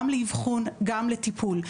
גם לאבחון וגם לטיפול.